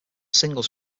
singles